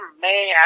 man